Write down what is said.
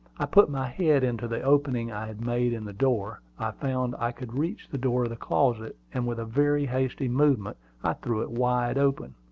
i put my head into the opening i had made in the door. i found i could reach the door of the closet and with a very hasty movement i threw it wide open.